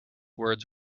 words